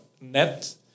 net